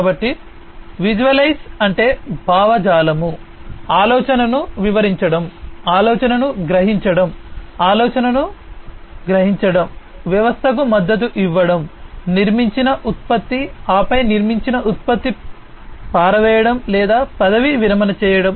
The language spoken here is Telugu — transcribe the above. కాబట్టి విజువలైజ్ అంటే భావజాలం ఆలోచనను వివరించడం ఆలోచనను గ్రహించడం ఆలోచనను గ్రహించడం వ్యవస్థకు మద్దతు ఇవ్వడం నిర్మించిన ఉత్పత్తి ఆపై నిర్మించిన ఉత్పత్తిని పారవేయడం లేదా పదవీ విరమణ చేయడం